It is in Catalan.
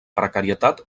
precarietat